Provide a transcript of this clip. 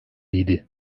idi